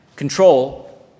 Control